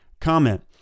comment